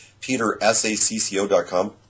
petersacco.com